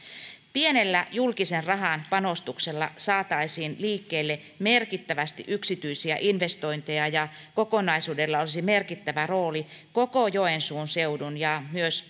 pienellä julkisen rahan panostuksella saataisiin liikkeelle merkittävästi yksityisiä investointeja ja kokonaisuudella olisi merkittävä rooli koko joensuun seudun ja myös